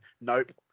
Nope